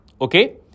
Okay